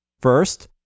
First